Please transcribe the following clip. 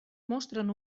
mostren